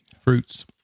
fruits